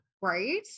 right